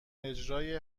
اجرای